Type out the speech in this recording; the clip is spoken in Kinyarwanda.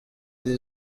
iri